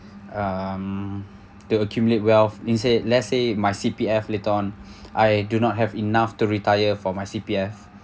um to accumulate wealth instead let's say my C_P_F later on I do not have enough to retire for my C_P_F